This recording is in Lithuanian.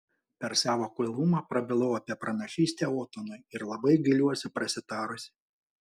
per savo kvailumą prabilau apie pranašystę otonui ir labai gailiuosi prasitarusi